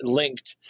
linked